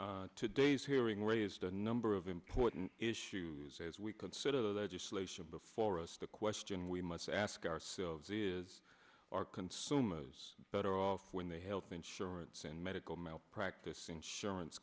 you today's hearing raised a number of important issues as we consider the legislation before us the question we must ask ourselves is are consumers better off when they health insurance and medical malpractise insurance